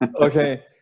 okay